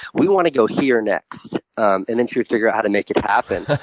we want to go here next. and then she would figure out how to make it happen.